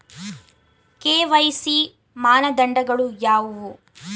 KYC ಮಾನದಂಡಗಳು ಯಾವುವು?